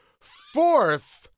Fourth